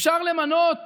אפשר למנות